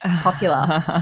popular